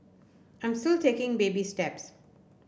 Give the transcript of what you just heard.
I'm still taking baby steps